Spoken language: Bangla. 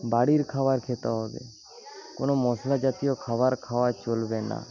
বাড়ির খাবার খেতে হবে কোনো মশলা জাতীয় খাবার খাওয়া চলবে না